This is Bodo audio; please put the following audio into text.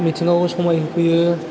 मिथिंगाखौ समाय होफैयो